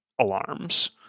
alarms